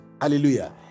hallelujah